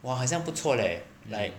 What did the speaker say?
哇很像不错 leh like